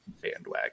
bandwagon